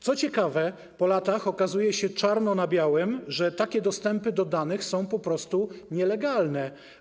Co ciekawe, po latach okazuje się, co widać czarno na białym, że takie dostępy do danych są po prostu nielegalne.